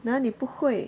哪里不会